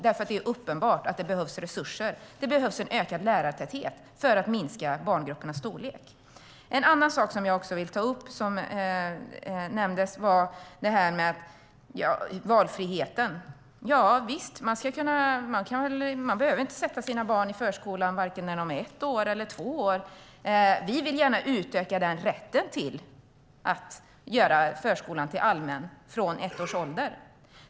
Det är uppenbart att det behövs resurser. Det behövs en ökad lärartäthet för att minska barngruppernas storlek. En annan sak som nämndes som jag vill ta upp är valfriheten. Man behöver inte sätta sina barn i förskola vare sig när de är ett år eller två år. Vi vill gärna utöka rätten till förskola och göra den till allmän från ett års ålder.